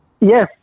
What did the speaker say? Yes